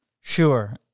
Sure